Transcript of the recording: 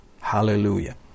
Hallelujah